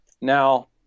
Now